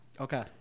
Okay